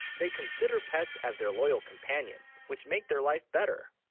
they consider pets as their loyal companions, which, make, their life, better